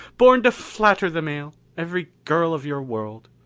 born to flatter the male every girl of your world.